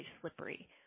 slippery